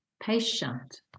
patient